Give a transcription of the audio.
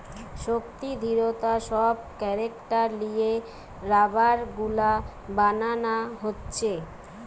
শক্তি, দৃঢ়তা সব ক্যারেক্টার লিয়ে রাবার গুলা বানানা হচ্ছে